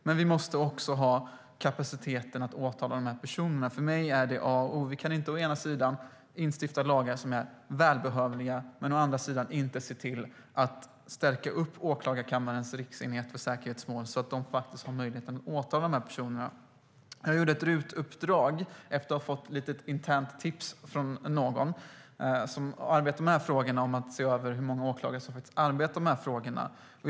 Men vi måste också ha kapacitet att åtala de här personerna. För mig är det A och O. Vi kan inte å ena sidan stifta lagar som är välbehövliga men å andra sidan inte se till att stärka Åklagarmyndighetens riksenhet för säkerhetsmål, så att de har möjlighet att åtala dessa personer. Efter att ha fått ett litet internt tips från någon som arbetar med de här frågorna beställde jag ett RUT-uppdrag om att se över hur många åklagare som arbetar med dem.